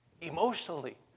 Emotionally